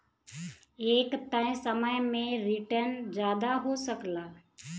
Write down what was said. एक तय समय में रीटर्न जादा हो सकला